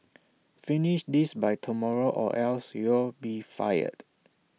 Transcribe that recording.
finish this by tomorrow or else you'll be fired